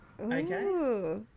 Okay